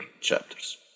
chapters